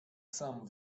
sam